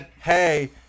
Hey